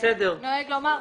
נוהג לומר,